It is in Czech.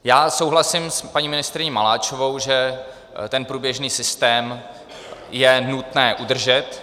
Já souhlasím s paní ministryní Maláčovou, že ten průběžný systém je nutné udržet.